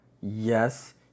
yes